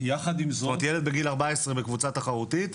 ילד בגיל 14 בקבוצה תחרותית,